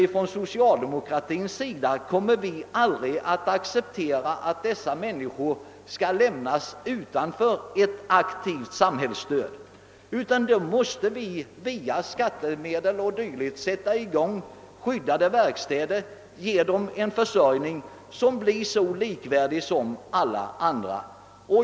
Inom «socialdemokratin kommer vi nämligen aldrig att acceptera att dessa människor lämnas utanför ett aktivt samhällsstöd, och därför måste vi via skattemedel och dylikt sätta i gång skyddade verkstäder för att ge dem en försörjning likvärdig med alla andras.